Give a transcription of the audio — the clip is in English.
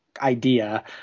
idea